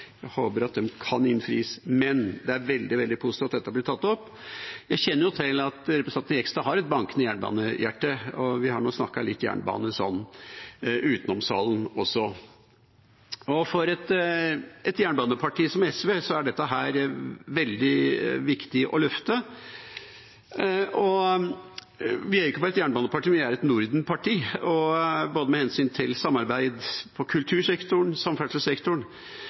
jeg har mine anelser. Jeg håper at de kan innfris, men det er veldig positivt at dette blir tatt opp. Jeg kjenner til at representanten Jegstad har et bankende jernbanehjerte, og vi har snakket litt jernbane utenom salen også. For et jernbaneparti som SV er dette veldig viktig å løfte. Vi er ikke bare et jernbaneparti, men vi er et nordenparti med hensyn til både samarbeid om kultursektoren, om samferdselssektoren,